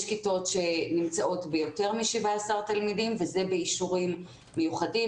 יש כיתות שנמצאת עם יותר מ-17 תלמידים וזה באישורים מיוחדים,